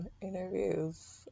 interviews